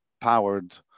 powered